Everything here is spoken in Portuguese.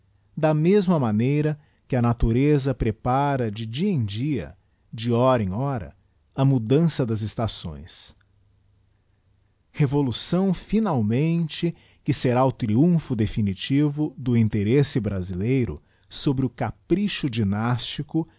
d mepoia maneira que a natureza prepara de dia em dia áb àora em itora a mudança das eetaçoes revolução fifialmente que será o triumpho definitivo do interessa brasileiro sobre o capricho dynastico